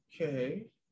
Okay